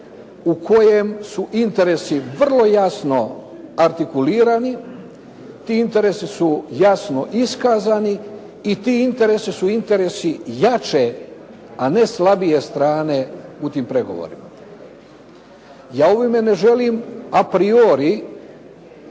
u kojem su interesi vrlo jasno artikulirani. Ti interesi su jasno iskazani i ti interesi su interesi jače, a ne slabije strane u tim pregovorima. Ja ovime ne želim a priori